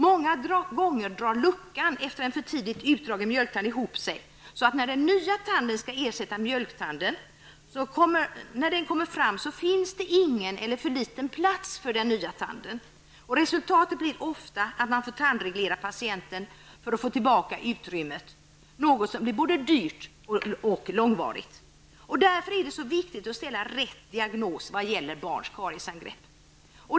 Många gånger drar luckan efter en för tidigt utdragen mjölktand ihop sig, så att när den nya tanden, som skall ersätta mjölktanden, kommer fram, finns det ingen eller för liten plats för den. Resultatet blir ofta att man får tandreglera patienten för att få tillbaka utrymmet, något som blir både dyrt och långvarigt. Därför är det så viktigt att ställa rätt diagnos vad gäller barns kariesangrepp.